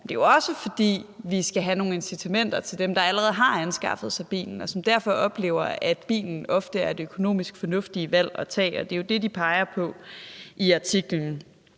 det er jo også, fordi vi skal have nogle incitamenter til dem, der allerede har anskaffet sig en bil, og som derfor oplever, at bilen ofte er det økonomisk fornuftige valg at tage. Det er jo det, de peger på i artiklen